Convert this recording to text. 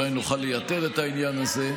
אולי נוכל לייתר את העניין הזה.